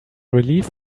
relief